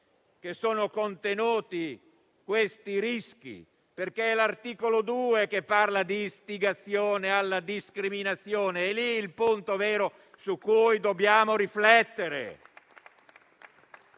che sono contenuti questi rischi: è questo infatti che parla di istigazione alla discriminazione; è lì il punto vero su cui dobbiamo riflettere.